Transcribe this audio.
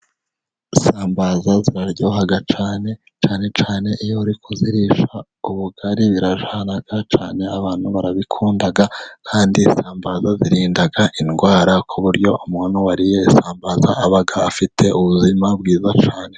Isambaza ziraryohaga cyane, cyane cyane iyo uri kuzirisha ubugari birajyana cyane, abantu barabikunda kandi isambaza zirinda indwara, ku buryo umuntu wariye isambaza aba afite ubuzima bwiza cyane.